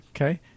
Okay